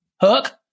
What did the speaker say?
Hook